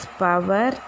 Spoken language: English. power